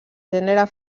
gènere